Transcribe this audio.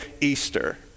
Easter